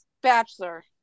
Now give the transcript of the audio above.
Bachelor